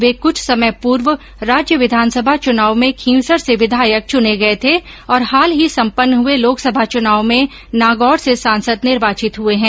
वे कुछ समय पूर्व राज्य विधानसभा चुनाव में खींवसर से विधायक चुने गए थे और हाल ही सम्पन्न हुए लोकसभा चुनाव में नागौर से सांसद निर्वाचित हुए हैं